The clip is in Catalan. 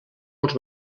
els